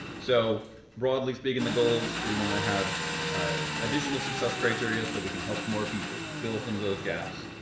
so broadly speaking, the goals we want to have additional success criteria, so we can help more people. fill some of those gaps.